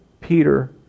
Peter